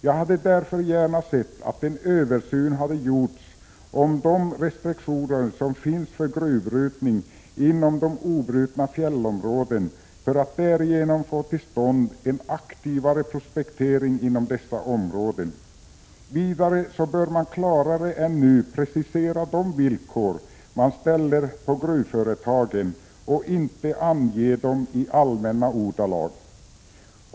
Jag hade därför gärna sett att en översyn hade gjorts av de restriktioner som finns för gruvbrytning inom de obrutna fjällområdena för att därigenom få till stånd en aktivare prospektering inom dessa områden. Vidare bör man klarare än nu precisera de villkor man ställer på gruvföretagen och inte ange dem i allmänna ordalag.